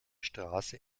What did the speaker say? straße